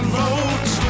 vote